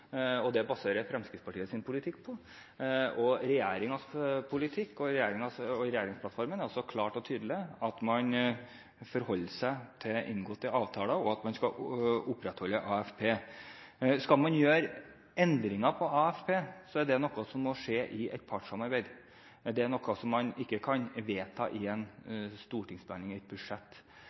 og det baserer Fremskrittspartiet sin politikk på. Regjeringens politikk og regjeringsplattformen er også klar og tydelig på at man forholder seg til inngåtte avtaler, og at man skal opprettholde AFP. Skal man gjøre endringer i AFP, er det noe som må skje i et partssamarbeid. Det er ikke noe man kan vedta i en stortingsbehandling av et budsjett.